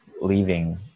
leaving